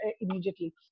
immediately